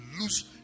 lose